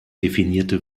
definierte